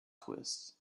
twists